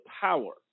power